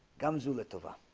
gum zula tava